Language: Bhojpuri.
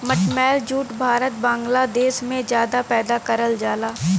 मटमैला जूट भारत बांग्लादेश में जादा पैदा करल जाला